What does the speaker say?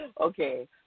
okay